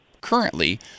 currently